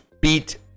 beat